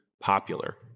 popular